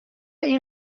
این